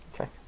Okay